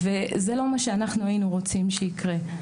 וזה לא מה שאנחנו היינו רוצים שיקרה.